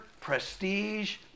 prestige